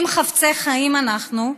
אם חפצי חיים אנחנו,